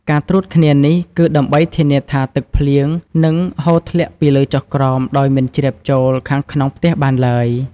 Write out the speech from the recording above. ការត្រួតគ្នានេះគឺដើម្បីធានាថាទឹកភ្លៀងនឹងហូរធ្លាក់ពីលើចុះក្រោមដោយមិនជ្រាបចូលខាងក្នុងផ្ទះបានឡើយ។